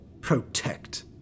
PROTECT